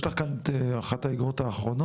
יש לך כאן את אחת האיגרות האחרונות?